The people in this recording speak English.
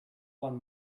one